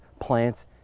plants